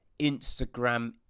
Instagram